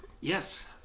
Yes